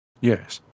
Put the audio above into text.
yes